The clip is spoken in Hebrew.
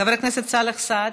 חבר הכנסת סאלח סעד,